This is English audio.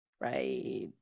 Right